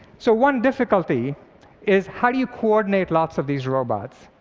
so one difficulty is how do you coordinate lots of these robots?